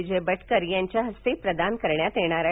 विजय भाक्केर यांच्या हस्ते प्रदान करण्यात येणार आहे